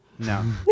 No